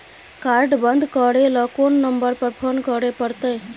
Card बन्द करे ल कोन नंबर पर फोन करे परतै?